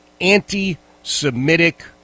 anti-Semitic